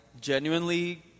genuinely